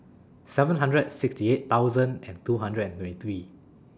seven hundred and sixty eight and two hundred and twenty three